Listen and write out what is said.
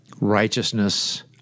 righteousness